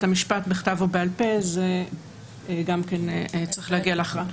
המשפט בכתב או בעל פה גם צריך להגיע להכרעה.